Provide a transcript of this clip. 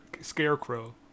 scarecrow